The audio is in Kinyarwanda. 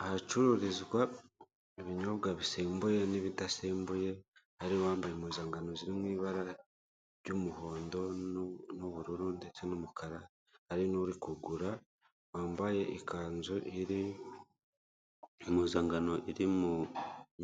Ahacururizwa ibinyobwa bisembuye n'ibidasembuye hari n'uwambaye impuzankano ziri mu ibara ry'umuhondo n'ubururu ndetse n'umukara, hari n'uri kugura wambaye ikanzu iri impuzankano iri mu